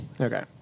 Okay